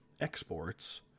exports